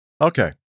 okay